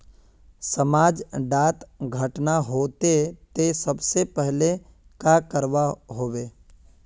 समाज डात घटना होते ते सबसे पहले का करवा होबे?